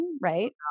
right